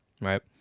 right